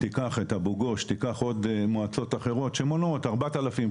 תיקח את אבו גוש ועוד מועצות אחרות המונות 4,000,